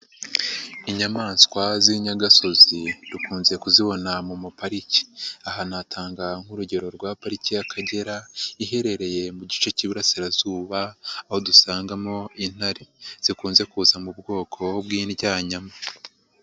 Inyamaswa z'inyagasozi, dukunze kuzibona mu mapariki. Aha natanga nk'urugero rwa pariki y'Akagera, iherereye mu gice cy'Iburasirazuba, aho dusangamo intare. Zikunze kuza mu bwoko bw'indyanyama.